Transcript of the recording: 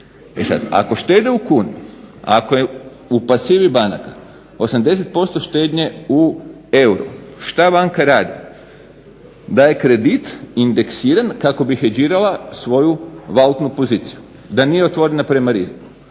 Ako štede u kuni ako je u pasivi banaka 80% štednje u euru, što banka radi? Daje kredit indeksiran kako bi hedžirala svoju valutnu poziciju da nije otvorena prema riziku.